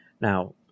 Now